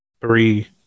three